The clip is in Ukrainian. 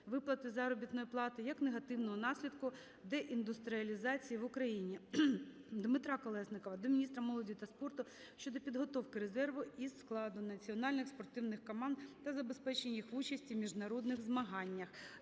виплати заробітної плати, як негативного наслідку деіндустріалізації в Україні. Дмитра Колєснікова до міністра молоді та спорту щодо підготовки резерву і складу національних спортивних команд та забезпечення їх участі у міжнародних змаганнях.